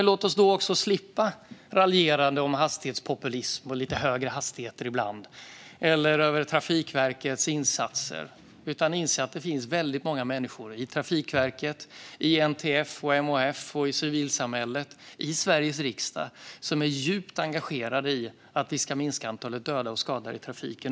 Låt oss också slippa raljerande över hastighetspopulism, lite högre hastigheter ibland eller Trafikverkets insatser och inse att det finns många människor inom Trafikverket, NTF, MHF, civilsamhället och Sveriges riksdag som är djupt engagerade i att vi ska minska antalet döda och skadade i trafiken.